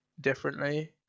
differently